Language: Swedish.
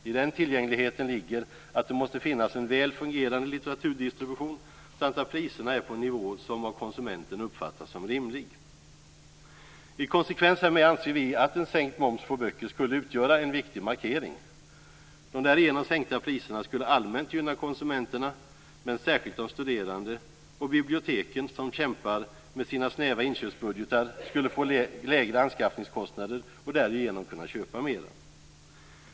I den tillgängligheten ligger att det måste finnas en väl fungerande litteraturdistribution samt att priserna är på en nivå som av konsumenten uppfattas som rimlig. I konsekvens härmed anser vi att en sänkt moms på böcker skulle utgöra en viktig markering. De därigenom sänkta priserna skulle allmänt gynna konsumenterna men särskilt de studerande, och biblioteken som kämpar med sina snäva inköpsbudgetar skulle få lägre anskaffningskostnader och därigenom kunna köpa mera.